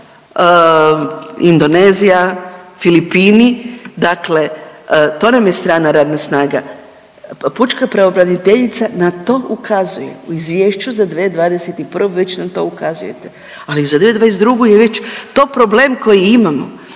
Indonezija, Filipini, dakle to nam je strana radna snaga. Pučka pravobraniteljica na to ukazuje u Izvješću za 2021. već nam to to ukazujete, ali za 2022. je već to problem koji imamo.